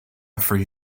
free